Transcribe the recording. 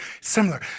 similar